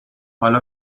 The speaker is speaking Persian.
حالا